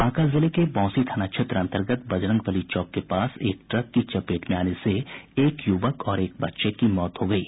बांका जिले के बौंसी थाना क्षेत्र अंतर्गत बजरंगबली चौक के पास एक ट्रक की चपेट में आने से एक युवक और एक बच्चे की मौत हो गयी